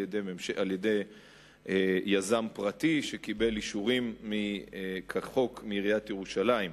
על-ידי יזם פרטי שקיבל אישורים כחוק מעיריית ירושלים: